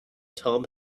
tom